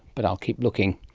but i'll keep looking.